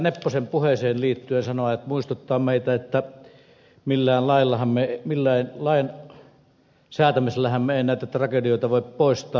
nepposen puheeseen liittyen muistuttaa meitä että millään lain säätämisellähän me emme näitä tragedioita voi poistaa